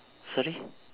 sorry